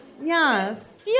Yes